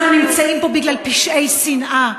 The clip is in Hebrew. אנחנו נמצאים פה בגלל פשעי שנאה,